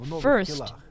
first